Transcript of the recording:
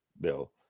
Bill